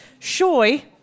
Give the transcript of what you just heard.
Shoy